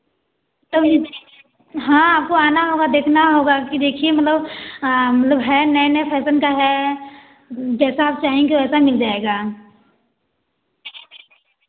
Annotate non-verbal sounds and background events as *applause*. *unintelligible* हाँ आपको आना होगा देखना होगा कि देखिए मतलब मतलब है नए नए फैशन का है जैसा आप चाहेंगे वैसा मिल जाएगा